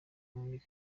muri